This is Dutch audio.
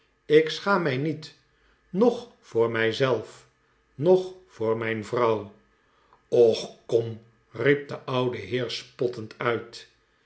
ik schaam mij niet noch voor mij zelf nocli voor mijn vrouw och kom riep de oude heer spottend uit